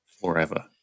forever